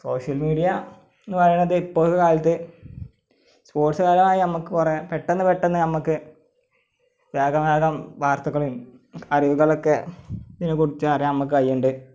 social media എന്ന് പറയുന്നത് ഇപ്പൊഴത്തെ കാലത്ത് സ്പോര്ട്സ്പരമായി നമ്മൾക്ക് കുറെ പെട്ടെന്നു പെട്ടെന്ന് നമ്മൾക്ക് വേഗം വേഗം വാര്ത്തകളും അറിവുകളുമൊക്കെ ഇതിനെക്കുറിച്ച് അറിയാന് നമ്മൾക്ക് കഴിയുന്നുണ്ട്